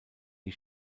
die